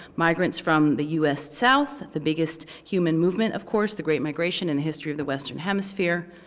migrants from the us south, the biggest human movement, of course, the great migration in the history of the western hemisphere.